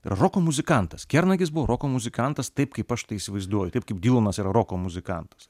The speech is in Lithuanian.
roko muzikantas kernagis buvo roko muzikantas taip kaip aš tai įsivaizduoju kaip kaip dylanas yra roko muzikantas